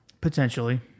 Potentially